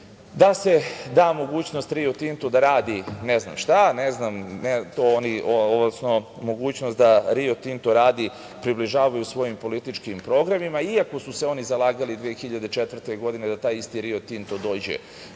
da se da mogućnost „Rio Tintu“ da radi ne znam šta, odnosno mogućnost da „Rio Tinto“ radi približavaju svojim političkim programima, iako su se oni zalagali 2004. godine da taj isti „Rio Tinto“ dođe